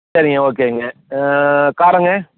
சரிங்க ஓகேங்க காரம்ங்க